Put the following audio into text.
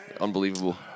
Unbelievable